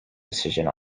decisions